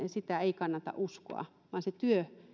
sitä ei kannata uskoa vaan se työ